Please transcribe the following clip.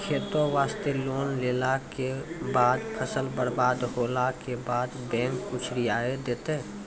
खेती वास्ते लोन लेला के बाद फसल बर्बाद होला के बाद बैंक कुछ रियायत देतै?